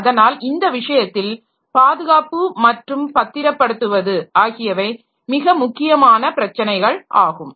அதனால் இந்த விஷயத்தில் பாதுகாப்பு மற்றும் பத்திரப்படுத்துவது ஆகியவை மிக முக்கியமான பிரச்சனைகள் ஆகும்